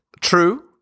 True